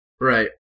Right